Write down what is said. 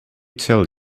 tell